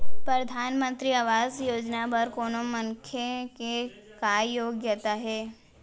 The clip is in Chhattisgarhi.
परधानमंतरी आवास योजना बर कोनो मनखे के का योग्यता हे?